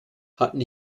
hatten